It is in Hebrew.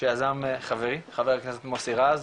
שיזם חברי חבר הכנסת מוסי רז,